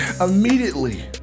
Immediately